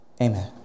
amen